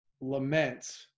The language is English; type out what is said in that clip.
lament